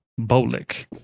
Bolick